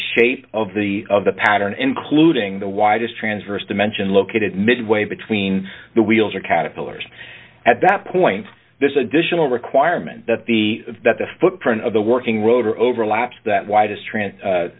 shape of the of the pattern including the widest transverse dimension located midway between the wheels or caterpillars at that point this additional requirement that the that the footprint of the working rotor overlaps that